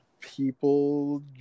people